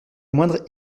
moindre